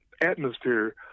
atmosphere